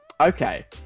Okay